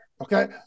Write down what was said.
okay